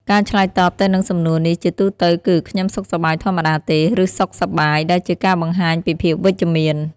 ការឆ្លើយតបទៅនឹងសំណួរនេះជាទូទៅគឺ “ខ្ញុំសុខសប្បាយធម្មតាទេ” ឬ “សុខសប្បាយ” ដែលជាការបង្ហាញពីភាពវិជ្ជមាន។